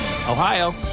Ohio